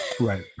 Right